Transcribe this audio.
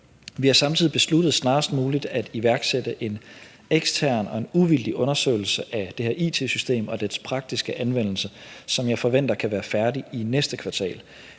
Vi har samtidig besluttet snarest muligt at iværksætte en ekstern og uvildig undersøgelse af det her it-system og dets praktiske anvendelse, som jeg forventer kan være færdig i næste kvartal.